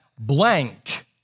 blank